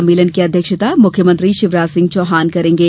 सम्मेलन की अध्यक्षता मुख्यमंत्री शिवराज सिंह चौहान करेंगे